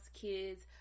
kids